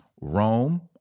Rome